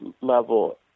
level